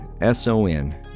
S-O-N